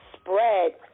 spread